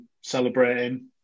celebrating